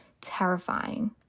terrifying